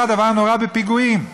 הדבר נורא בעיקר בפיגועים.